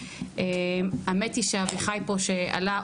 האמת היא שאביחי פה שעלה,